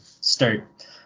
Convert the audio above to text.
start